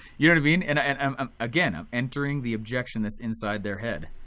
you know i mean and ah and um um again i'm entering the objection that's inside their head.